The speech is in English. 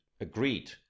Agreed